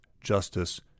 justice